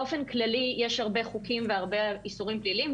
באופן כללי יש הרבה חוקים ואיסורים פליליים,